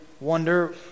wonder